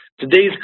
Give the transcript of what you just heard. today's